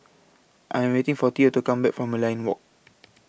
I Am waiting For Theo to Come Back from Merlion Walk